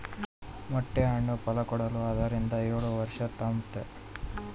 ಮೊಟ್ಟೆ ಹಣ್ಣು ಫಲಕೊಡಲು ಆರರಿಂದ ಏಳುವರ್ಷ ತಾಂಬ್ತತೆ